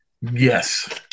Yes